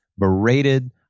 berated